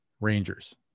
Rangers